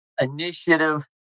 initiative